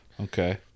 Okay